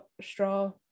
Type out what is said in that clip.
Straw